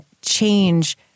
change